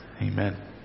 amen